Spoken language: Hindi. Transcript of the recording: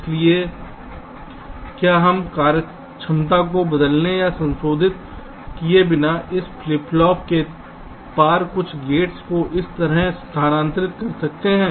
इसलिए क्या हम कार्यक्षमता को बदलने या संशोधित किए बिना इस फ्लिप फ्लॉप के पार कुछ गेट्स को इस तरफ स्थानांतरित कर सकते हैं